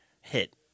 hit